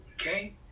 okay